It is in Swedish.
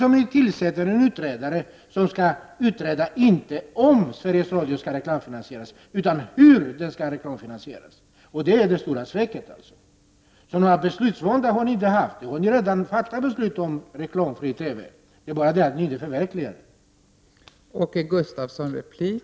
Samtidigt tillsätter ni utredare som skall utreda inte om Sveriges Radio skall reklamfinansieras utan om hur den skall reklamfinansieras. Detta är det stora sveket. Någon beslutsvånda har det inte funnits, eftersom ni redan har fattat beslut om reklamfri TV. Det är bara det att ni inte förverkligar vad som har beslutats.